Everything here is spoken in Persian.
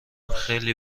خیلی